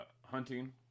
Hunting